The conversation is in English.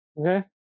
Okay